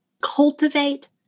cultivate